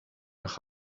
nach